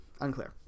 unclear